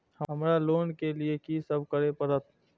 हमरा लोन ले के लिए की सब करे परते?